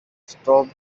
stop